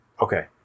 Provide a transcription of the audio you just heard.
Okay